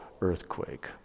earthquake